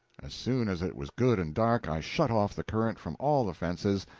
as soon as it was good and dark, i shut off the current from all the fences,